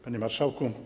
Panie Marszałku!